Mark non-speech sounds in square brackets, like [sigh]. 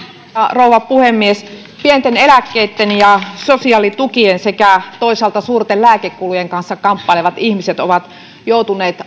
rouva puhemies pienten eläkkeitten ja sosiaalitukien sekä toisaalta suurten lääkekulujen kanssa kamppailevat ihmiset ovat joutuneet [unintelligible]